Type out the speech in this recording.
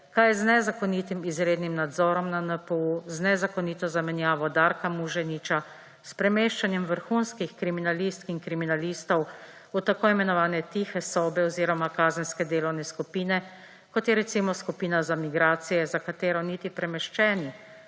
kaj je z nezakonitim izrednim nadzorom na NPU, z nezakonito zamenjavo Darka Muženiča, s premeščanjem vrhunskih kriminalistk in kriminalistov v tako imenovane tihe sobe oziroma kazenske delovne skupine, kot je recimo skupina za migracije, za katero niti premeščeni,